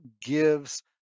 gives